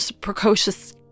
precocious